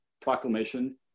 proclamation